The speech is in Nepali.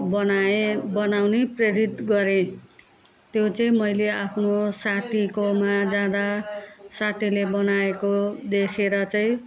बनाए बनाउने प्रेरित गरेँ त्यो चाहिँ मैले आफ्नो साथीकोमा जाँदा साथीले बनाएको देखेर चाहिँ